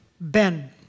ben